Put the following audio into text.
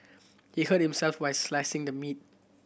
he hurt himself why slicing the meat